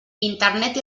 internet